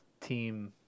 team